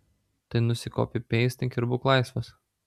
tai nusikopipeistink ir būk laisvas